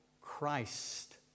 Christ